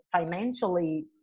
financially